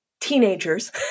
teenagers